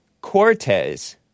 Cortez